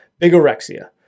bigorexia